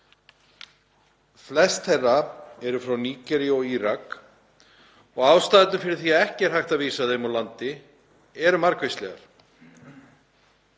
Flest þeirra eru frá Nígeríu og Írak og ástæðurnar fyrir því að ekki er hægt að vísa þeim úr landi eru margvíslegar,